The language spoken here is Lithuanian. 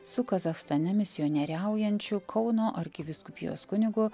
su kazachstane misionieriaujančiu kauno arkivyskupijos kunigu